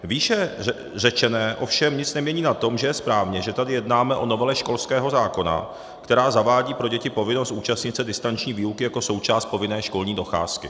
Výše řečené ovšem nic nemění na tom, že je správně, že tady jednáme o novele školského zákona, která zavádí pro děti povinnost účastnit se distanční výuky jako součást povinné školní docházky.